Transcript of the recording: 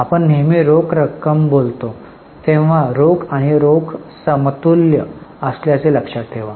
आपण नेहमी रोख रक्कम बोलतो तेव्हा रोख आणि रोख समतुल्य असल्याचे लक्षात ठेवा